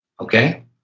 Okay